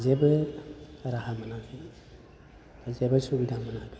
जेबो राहा मोनाखै दा जेबो सुबिदा मोनाखै